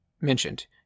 mentioned